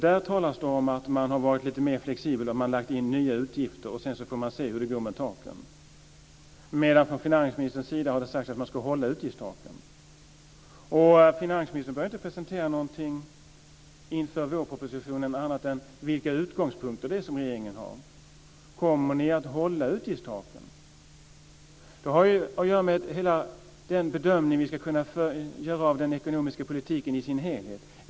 Där talas det om att vara lite mer flexibel och lägga in nya utgifter, och att man sedan får se hur det går med taken. Från finansministerns sida har det sagts att man ska hålla utgiftstaken. Finansministern behöver inte presentera någonting ur vårpropositionen annat än vilka utgångspunkter regeringen har. Kommer ni att hålla utgiftstaken? Det har att göra med den bedömning vi gör av den ekonomiska politiken i dess helhet.